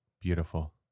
Beautiful